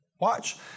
Watch